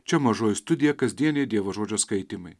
čia mažoji studija kasdieniai dievo žodžio skaitymai